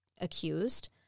accused